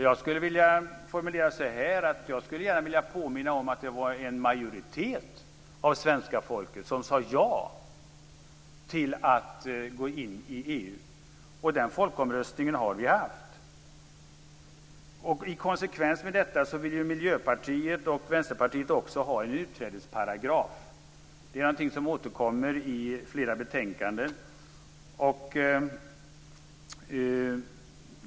Jag skulle vilja formulera det så här: Jag skulle gärna vilja påminna om att det var en majoritet av svenska folket som sade ja till att gå in i EU. Den folkomröstningen har vi haft. I konsekvens med detta vill Miljöpartiet och Vänsterpartiet ha en utträdesparagraf. Det är någonting som återkommer i flera betänkanden.